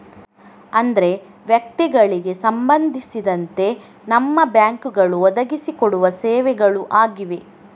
ಅಂದ್ರೆ ವ್ಯಕ್ತಿಗಳಿಗೆ ಸಂಬಂಧಿಸಿದಂತೆ ನಮ್ಮ ಬ್ಯಾಂಕುಗಳು ಒದಗಿಸಿ ಕೊಡುವ ಸೇವೆಗಳು ಆಗಿವೆ